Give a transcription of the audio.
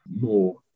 more